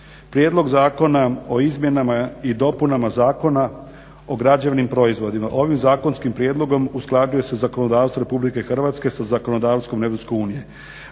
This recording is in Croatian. Prijedlog zakona o izmjenama i dopunama Zakona o građevnim proizvodima. Ovim zakonskim prijedlogom usklađuje se zakonodavstvo RH sa zakonodavstvom EU.